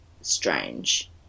strange